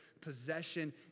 possession